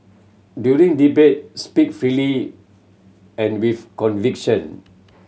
during debate speak freely and with conviction